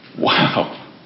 wow